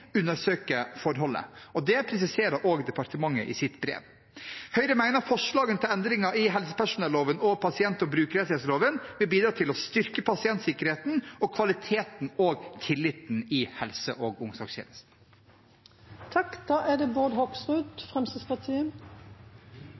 forholdet. Det presiserer også departementet i sitt brev. Høyre mener forslagene til endringer i helsepersonelloven og pasient- og brukerrettighetsloven vil bidra til å styrke pasientsikkerheten og kvaliteten og tilliten i helse- og omsorgstjenesten. Tillit og gode helsetjenester er